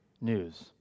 news